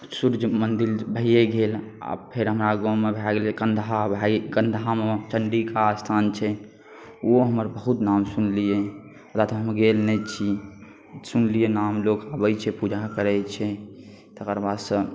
सूर्य मन्दिर भइए गेल आब फेर हमरा गाँवमे भऽ गेलै कन्दाहामे चण्डिका अस्थान छै ओ हमर बहुत नाम सुनलिए ओतऽ तऽ हम गेल नहि छी सुनलिए नाम लोक आबै छै पूजा करै छै तकर बादसँ